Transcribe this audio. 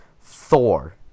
Thor